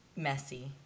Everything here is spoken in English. messy